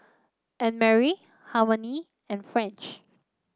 Annmarie Harmony and French